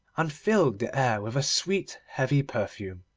and filled the air with a sweet heavy perfume.